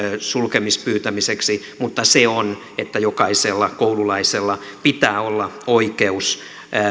sulkemisen pyytämiseksi mutta se on että jokaisella koululaisella pitää olla oikeus